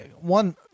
one